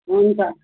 हुन्छ